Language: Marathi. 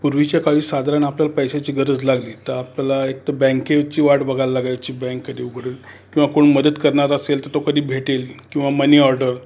पूर्वीच्या काळी साधारण आपल्याला पैशाची गरज लागली तर आपल्याला एक तर बँकेची वाट बघायला लागायची बँक कधी उघडेल किंवा कोण मदत करणारा असेल तो कधी भेटेल किंवा मनी ऑर्डर